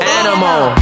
animal